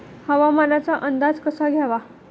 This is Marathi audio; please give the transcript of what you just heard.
हवामानाचा अंदाज कसा घ्यावा?